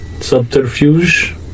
subterfuge